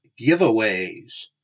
giveaways